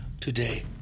today